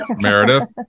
Meredith